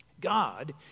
God